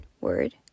word